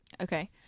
Okay